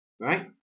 right